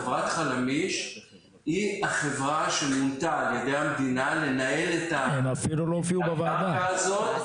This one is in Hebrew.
חברת חלמיש היא החברה שמונתה על ידי המדינה לנהל את הקרקע הזו.